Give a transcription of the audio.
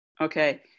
Okay